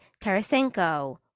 Tarasenko